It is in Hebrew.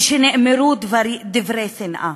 כשנאמרו דברי שנאה.